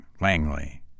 Langley